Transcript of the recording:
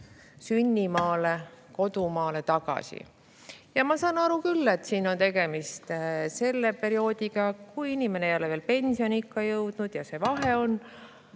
sünnimaale, kodumaale tagasi pöörduda. Ja ma saan aru küll, et siin on tegemist selle perioodiga, kui inimene ei ole veel pensioniikka jõudnud, ja see vahe on,